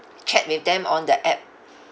chat with them on the app